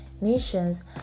nations